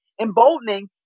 emboldening